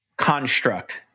construct